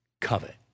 covet